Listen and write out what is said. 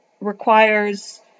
requires